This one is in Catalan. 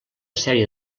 sèrie